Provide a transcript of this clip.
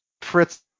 Fritz